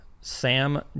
Sam